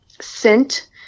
scent